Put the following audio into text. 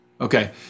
Okay